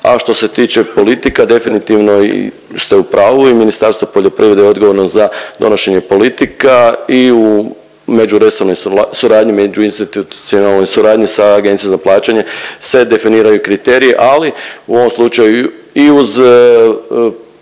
a što se tiče politika, definitivno i ste u pravu i Ministarstvo poljoprivrede je odgovorno za donošenje politika i u međuresornoj suradnji, međuinstitucionalnoj suradnji sa APPRRR-om se definiraju kriteriji, ali u ovom slučaju i uz